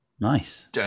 Nice